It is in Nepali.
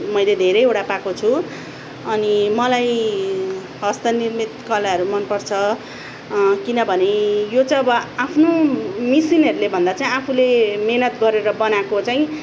मैले धेरैवटा पाएको छु अनि मलाई हस्त निर्मित कलाहरू मन पर्छ किनभने यो चाहिँ अब आफ्नो मिसिनहरूले भन्दा चाहिँ आफूले मेहनत गरेर बनाएको चाहिँ